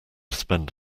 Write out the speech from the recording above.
spend